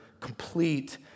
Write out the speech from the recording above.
complete